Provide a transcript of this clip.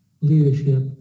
leadership